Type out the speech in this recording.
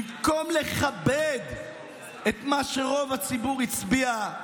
במקום לכבד את מה שרוב הציבור הצביע,